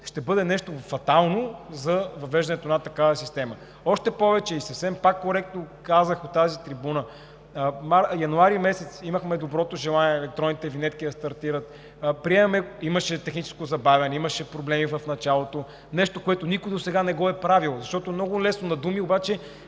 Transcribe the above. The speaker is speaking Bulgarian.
ще бъде нещо фатално за въвеждането на такава система. Още повече, съвсем коректно казах от тази трибуна: януари месец имахме доброто желание електронните винетки да стартират, имаше техническо забавяне, имаше проблеми в началото – нещо, което никой досега не е правил. Много е лесно на думи, обаче